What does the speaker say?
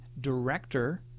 director